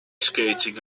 skating